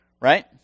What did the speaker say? right